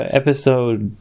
episode